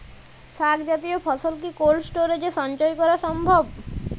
শাক জাতীয় ফসল কি কোল্ড স্টোরেজে সঞ্চয় করা সম্ভব?